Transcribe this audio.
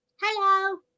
Hello